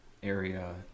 area